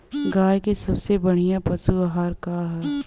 गाय के सबसे बढ़िया पशु आहार का ह?